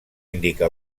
indica